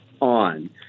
on